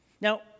Now